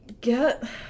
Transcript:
get